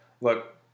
look